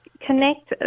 Connect